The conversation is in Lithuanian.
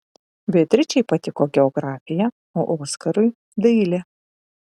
beatričei patiko geografija o oskarui dailė